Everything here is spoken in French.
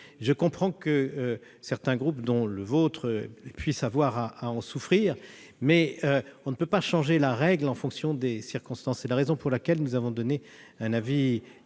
je comprends que certains groupes, dont le vôtre, puissent avoir à en souffrir. Néanmoins, on ne peut pas changer la règle en fonction des circonstances. C'est la raison pour laquelle nous avons donné un avis défavorable